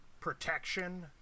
protection